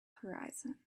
horizon